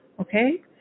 Okay